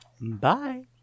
Bye